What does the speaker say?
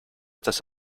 dass